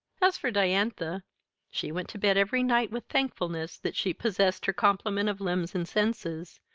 as for diantha she went to bed every night with thankfulness that she possessed her complement of limbs and senses,